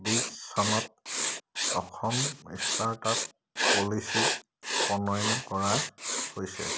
বিছ চনত Assam start up policy প্ৰণয়ন কৰা হৈছে